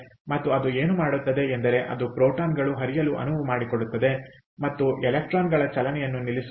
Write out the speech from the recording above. ಮತ್ತು ಅದು ಏನು ಮಾಡುತ್ತದೆ ಎಂದರೆ ಅದು ಪ್ರೋಟಾನ್ಗಳು ಹರಿಯಲು ಅನುವು ಮಾಡಿಕೊಡುತ್ತದೆ ಮತ್ತು ಎಲೆಕ್ಟ್ರಾನ್ ಗಳ ಚಲನೆಯನ್ನು ನಿಲ್ಲಿಸುತ್ತದೆ